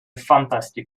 fantastic